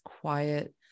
quiet